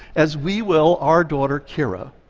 as we will our daughter kira,